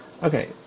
Okay